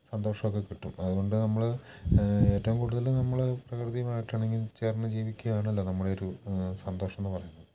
സന്തോഷമൊക്കെ കിട്ടും അതുകൊണ്ട് നമ്മൾ ഏറ്റവും കൂടുതൽ നമ്മൾ പ്രകൃതിയുമായിട്ട് ഇണങ്ങിച്ചേർന്നു ജീവിക്കുകയാണല്ലോ നമ്മുടെ ഒരു സന്തോഷം എന്നു പറയുന്നത്